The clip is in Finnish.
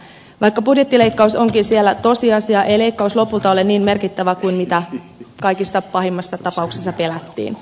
vaikka budjettileikkaus onkin siellä tosiasia ei leikkaus lopulta ole niin merkittävä kuin mitä kaikista pahimmassa tapauksessa pelättiin